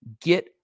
Get